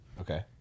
Okay